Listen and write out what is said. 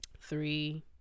three